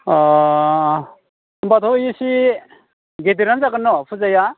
अह होमबाथ' इसे गेदेरानो जागोन न' फुजाया